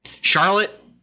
Charlotte